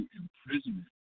imprisonment